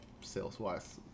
sales-wise